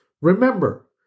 Remember